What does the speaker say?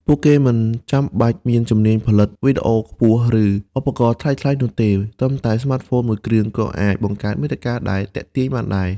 ពួកគេមិនចាំបាច់មានជំនាញផលិតវីដេអូកម្រិតខ្ពស់ ឬឧបករណ៍ថ្លៃៗនោះទេ ត្រឹមតែស្មាតហ្វូនមួយគ្រឿងក៏អាចបង្កើតមាតិកាដែលទាក់ទាញបានដែរ។